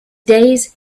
days